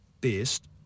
best